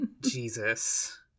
jesus